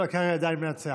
אבל קרעי עדיין מנצח.